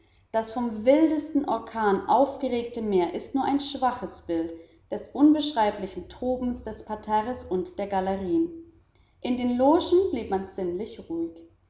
das vom wildesten orkan aufgeregte meer ist nur ein schwaches bild des unbeschreiblichen tobens des parterres und der galerien in den logen blieb man ziemlich ruhig